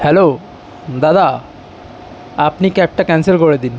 hello দাদা আপনি ক্যাবটা ক্যানসেল করে দিন